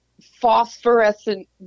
phosphorescent